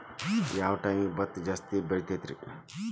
ಯಾವ ಟೈಮ್ಗೆ ಭತ್ತ ಜಾಸ್ತಿ ಬೆಳಿತೈತ್ರೇ?